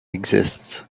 exists